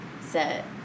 set